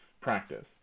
practice